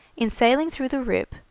in sailing through the rip,